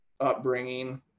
upbringing